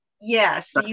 yes